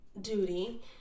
duty